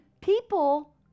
people